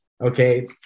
Okay